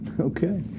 Okay